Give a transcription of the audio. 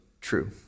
true